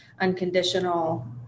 unconditional